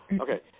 Okay